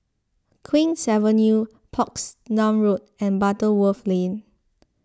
Queen's Avenue Portsdown Road and Butterworth Lane